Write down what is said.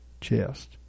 chest